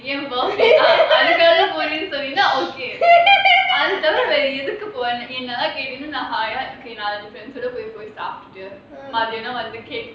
என்:en birthday ah அதுக்காக போறேன்னு சொன்ன:adhukaaga poraenu sonna okay அத தவிர வேற எதுக்கு போற:athu thavira vera ethuku pora